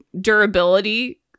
durability